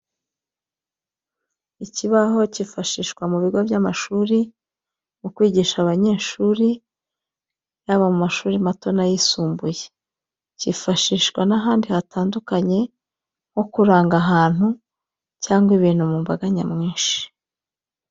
Ikibaho kifashishwa mu bigo by'amashuri mu kwigisha amabanyeshuri yaba mu mashuri mato n'ayisumbuye, kifashishwa n'ahandi hatandukanye nko kuranga ahantu cyangwa ibintu mu mbaga nyamwinshi.